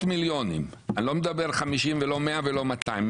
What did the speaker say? מיליונים אני לא מדבר 50 ולא 100 ולא 200,